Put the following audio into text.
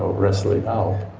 ah wrestle it out.